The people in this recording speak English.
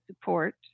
support